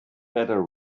better